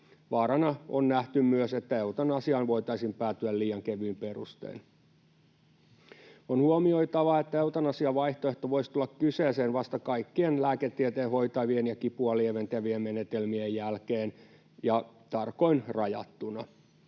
Vaarana on nähty myös, että eutanasiaan voitaisiin päätyä liian kevyin perustein. On huomioitava, että eutanasian vaihtoehto voisi tulla kyseeseen vasta kaikkien lääketieteen hoitavien ja kipua lieventävien menetelmien jälkeen ja tarkoin rajattuna.